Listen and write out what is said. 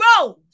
rose